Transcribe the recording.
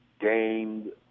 gained